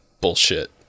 bullshit